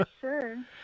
sure